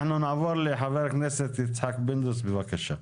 אנחנו נעבור לחבר הכנסת יצחק פינדרוס, בבקשה.